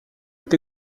est